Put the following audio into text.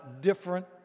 different